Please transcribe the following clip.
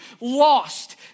lost